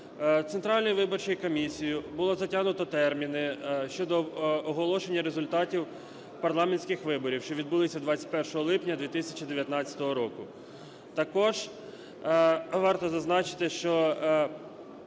Центральною виборчою комісією було затягнуто терміни щодо оголошення результатів парламентських виборів, що відбулися 21 липня 2019 року. Також варто зазначити, що